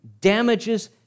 damages